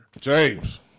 James